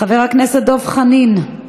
חבר הכנסת דב חנין,